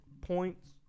points